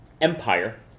empire